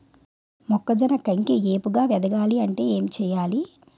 మొక్కజొన్న కంకి ఏపుగ ఎదగాలి అంటే ఏంటి చేయాలి?